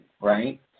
right